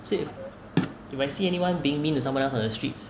save if I see anyone being mean to someone else on the streets